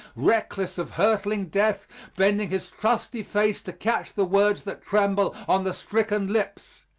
reckless of hurtling death bending his trusty face to catch the words that tremble on the stricken lips,